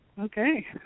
Okay